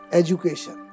education